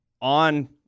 on